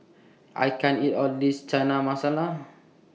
I can't eat All of This Chana Masala